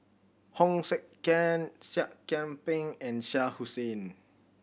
Hong Sek Chern Seah Kian Peng and Shah Hussain